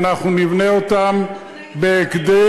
ואנחנו נבנה אותן בהקדם.